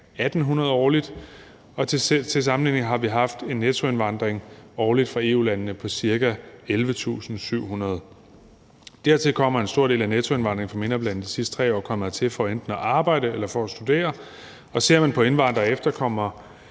1.800 årligt, og til sammenligning har vi haft en nettoindvandring årligt fra EU-landene på ca. 11.700. Dertil kommer, at en stor del af nettoindvandringen fra MENAPT-landene de sidste 3 år er kommet hertil for enten at arbejde eller studere. Og ser man på indvandrere og efterkommere